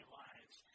lives